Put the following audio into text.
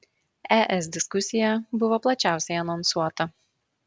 es diskusija buvo plačiausiai anonsuota